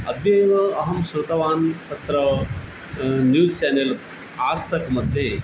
अद्य एव अहं स्मृतवान् तत्र न्यूस् चेनल् आज़् तक् मध्ये